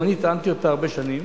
גם אני טענתי אותה הרבה שנים,